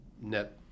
net